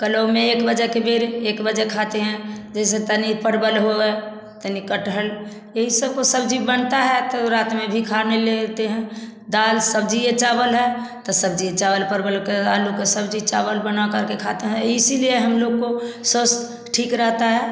कलो में एक बजे के बेर एक बजे खाते हैं जैसे तानी परवल होआ तनी कटहल यही सब सब्जी बनता है तो रात में भी खा लेते है दाल सब्जी चावल है तो सब्जी चावल परवल आलू का सब्जी चावल बनाकर के खाता है इसलिए हम लोग का स्वास्थ्य ठीक रहता है